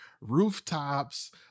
rooftops